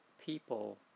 people